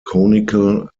conical